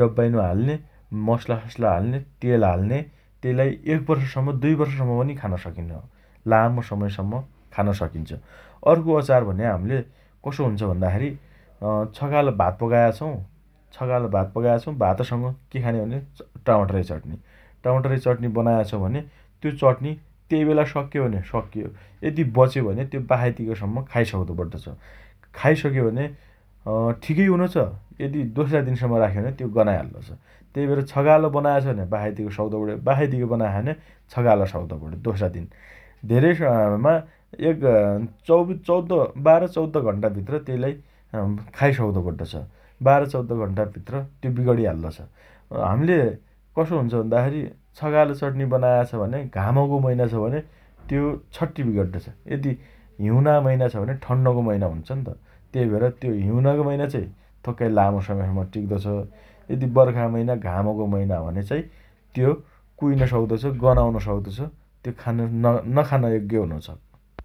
डब्बाइनो हाल्ने । मसलाससला हाल्ने । तेल हाल्ने । तेइलाइ एक वर्षसम्म दुइ वर्षसम्म पनि खान सकिनो छ । लामो समयसम्म खान सकिन्छ । अर्को अचार भन्या हम्ले कसो हुन्छ भन्दाखेरी अँ छकाल भात पकाया छौँ । छकाल भात पकाया छौँ । भातसँग के खाने भने टमाटरै चटनी । टमाटरै चटनी बनाए छ भने त्यो चटनी तेइ बेला सकियो भने सकियो । यदि बच्यो भने त्यो बासाइतिकसम्म खायसक्दो पड्डो छ । खाइसके भने अँ ठिकै हुनो छ । यदि दोस्रा दिनसम्म राख्यो भने त्यो गनाइ हाल्लो छ । तेइ भएर छकाल बनाएछ भने बासाइतिक सक्दो पण्यो । बासाइतिक बनाया छ भने छकाल सक्दो पण्यो । दोस्रा दिन । धेरै सअँमा एक चौद् चौध बाह्र चौध घण्टाभित्र तेइलाई अँ खाइसक्दो पड्डो छ । बाह्र चौध घण्टा भित्र त्यो बिगणी हाल्लो छ । हाम्ले कसो हुन्छ भन्दा खेरी छकाल चटनी बनाया छ भने घामको मैना छ भने त्यो छट्टि बिगड्डो छ । यदि हिउना मैना छ भने ठन्नको मैना हुन्छन त् । तेइ भएर हिउनको मैना चाइ थोक्काइ लामो समयसम्म टिक्द छ । यदि बर्खा मैना घामको मैना हो भने चाइ त्यो कुइन सक्दोछ । गनआउन सक्दो छ । त्यो खान न नखान योग्य हुनोछ ।